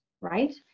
right